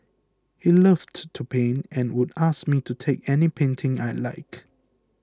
he loved to paint and would ask me to take any painting I liked